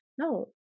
No